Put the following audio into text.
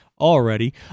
already